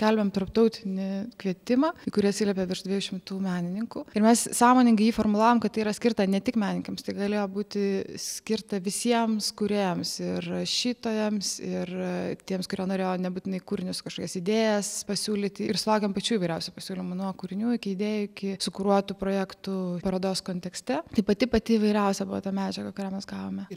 skelbiam tarptautinį kvietimą kuriuo atsiliepė virš dviejų šimtų menininkų ir mes sąmoningai jį formulavome kad tai yra skirta ne tik menininkams tai galėjo būti skirta visiems kūrėjams ir rašytojams ir tiems kurie norėjo nebūtinai kūrinius kažkas idėjas pasiūlyti ir sulaukėm pačių įvairiausių pasiūlymų nuo kūrinių iki idėjų iki sukruotų projektų parodos kontekste tai pati pati įvairiausia balta medžiaga kurią mes gavome ir iš tų dviejų šimtų teko atrinkti vis dėlto gi visko